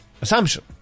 assumption